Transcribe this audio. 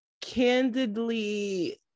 candidly